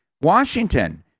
Washington